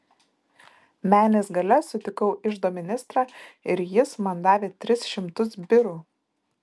menės gale sutikau iždo ministrą ir jis man davė tris šimtus birų